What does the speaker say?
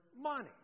money